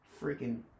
Freaking